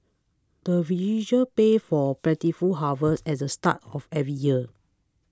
the villagers pay for plentiful harvest as the start of every year